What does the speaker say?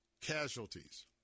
casualties